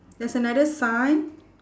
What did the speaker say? there's another sign